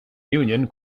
union